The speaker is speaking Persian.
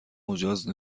مجاز